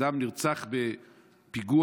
אדם נרצח בפיגוע,